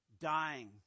dying